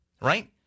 right